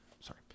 Sorry